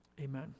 amen